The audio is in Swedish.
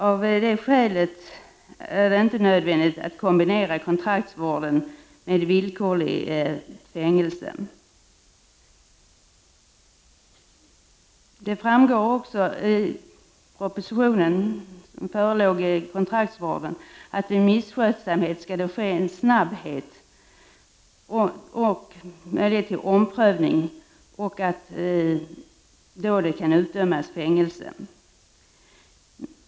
Av det skälet är det inte nödvändigt att kombinera kontraktsvården med villkorligt fängelse. Det framgår också av propositionen att vid misskötsamhet skall det ges möjlighet till omprövning och att det då kan utdömas fängelse.